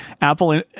Apple